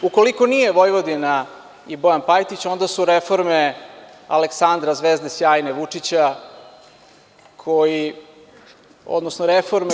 Ukoliko nije Vojvodina i Bojan Pajtić, onda su reforme Aleksandra, zvezde sjajne, Vučića, odnosno reforme koje…